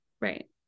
right